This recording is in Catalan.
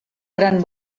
gran